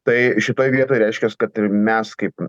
tai šitoj vietoj reiškias kad ir mes kaip